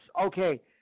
Okay